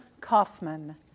Kaufman